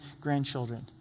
grandchildren